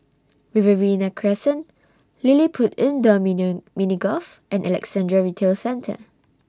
Riverina Crescent LilliPutt Indoor million Mini Golf and Alexandra Retail Centre